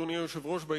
אדוני היושב-ראש,